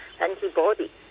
antibody